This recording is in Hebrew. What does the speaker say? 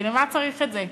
כי למה צריך את זה?